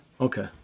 Okay